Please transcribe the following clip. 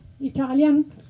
Italian